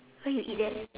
where you eat that